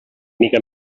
mica